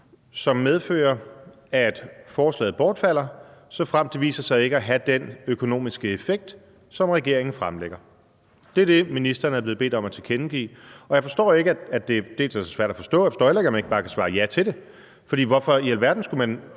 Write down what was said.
som medfører, at forslaget bortfalder, såfremt det viser sig ikke at have den økonomiske effekt, som regeringen fremlægger. Det er jo det, ministeren er blevet bedt om at tilkendegive, og jeg forstår ikke, at det er så svært at forstå, og jeg forstår heller ikke, at man ikke bare kan svare ja til det. For hvorfor i alverden skulle man